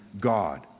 God